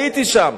הייתי שם,